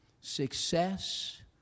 Success